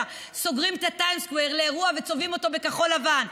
סוגרים את ה-Times Square לאירוע וצובעים אותו בכחול-לבן.